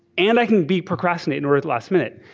and i can be procrastinating over the last minute.